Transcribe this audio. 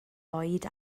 oed